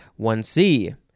1C